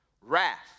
Wrath